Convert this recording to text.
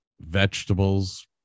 vegetables